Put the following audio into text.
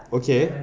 okay